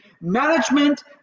management